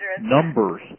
numbers